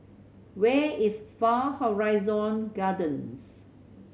where is Far Horizon Gardens